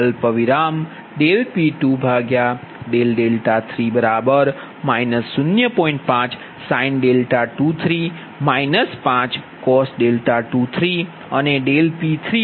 5sin23 5cos23 અને P33sin3110cos31 0